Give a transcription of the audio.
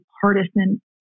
partisan